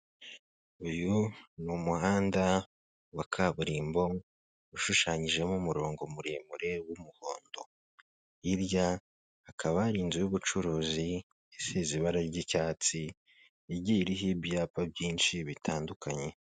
Uyu ni umuhanda wa kaburimbo, ushushanyijemo umurongo muremure w'umuhondo. Hirya hakaba hari inzu y'ubucuruzi, isize ibara ry'icyatsi igiye iriho ibyapa byinshi bitandukanye.